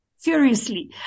furiously